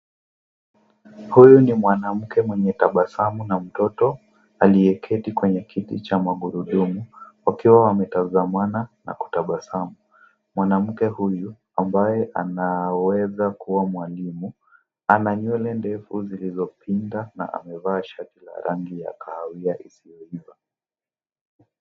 Huyu ni mwanamke mwenye tabasamu na mtoto aliyeketi kwenye kiti cha magurudumu. Wakiwa wametazamana na kutabasamu. Mwanamke huyu ambaye anaweza kuwa mwalimu, ana nywele ndefu zilizopinda na amevaa shati la rangi ya kahawia.